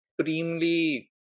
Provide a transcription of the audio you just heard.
supremely